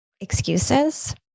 excuses